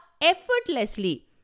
effortlessly